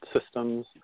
systems